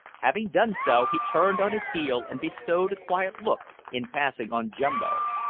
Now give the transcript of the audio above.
having done so, he turned on his heel and bestowed a quiet look, in passing, on jumbo,